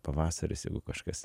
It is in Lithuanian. pavasaris jeigu kažkas